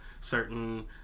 certain